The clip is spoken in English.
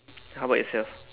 how about yourself